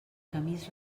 camins